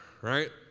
right